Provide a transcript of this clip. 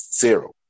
zero